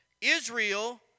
Israel